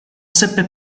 seppe